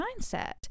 mindset